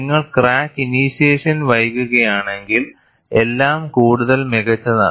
നിങ്ങൾ crack initiation വൈകിക്കുകയാണെങ്കിൽ എല്ലാം കൂടുതൽ മികച്ചതാണ്